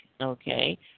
okay